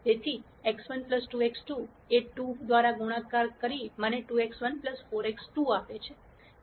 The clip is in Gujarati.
તેથી x1 2x2 એ 2 દ્વારા ગુણાકાર મને 2x1 4x2 આપે છે